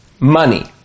money